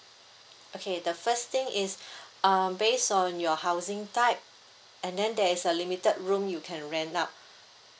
okay the first thing is um base on your housing type and then there is a limited room you can rent out